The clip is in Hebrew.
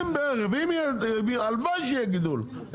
הלוואי שיהיה גידול,